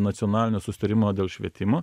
nacionalinio susitarimo dėl švietimo